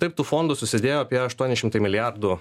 taip tų fondų susidėjo apie aštuoni šimtai milijardų